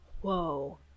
whoa